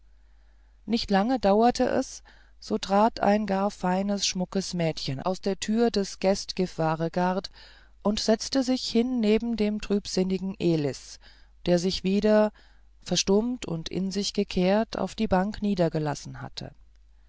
nicht lange dauerte es so trat ein gar feines schmuckes mädchen aus der tür des gästgifvaregard und setzte sich hin neben dem trübsinnigen elis der sich wieder verstummt und in sich gekehrt auf die bank niedergelassen hatte